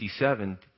1967